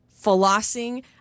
flossing